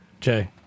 Jay